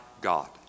God